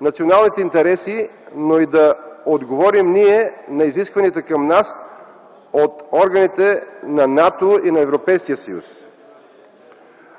националните интереси, но и ние да отговорим на изискванията към нас от органите на НАТО и на Европейския съюз.